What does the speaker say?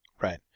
Right